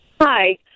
Hi